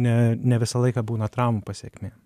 ne ne visą laiką būna traumų pasekmė